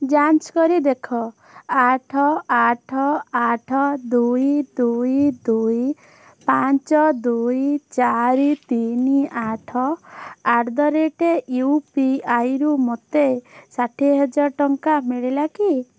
ଯାଞ୍ଚ୍ କରି ଦେଖ ଆଠ ଆଠ ଆଠ ଦୁଇ ଦୁଇ ଦୁଇ ପାଞ୍ଚ ଦୁଇ ଚାରି ତିନି ଆଠ at the rate U P I ରୁ ମୋତେ ଷାଠିଏହଜାର ଟଙ୍କା ମିଳିଲା କି